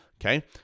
Okay